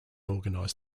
organize